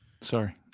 Sorry